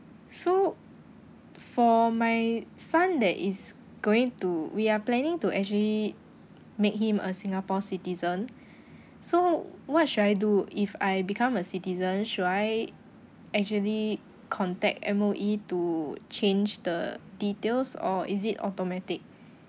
so for my son that is going to we are planning to actually make him a singapore citizen so what should I do if I become a citizen should I actually contact M_O_E to change the details or is it automatic